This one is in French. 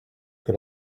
que